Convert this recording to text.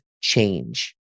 change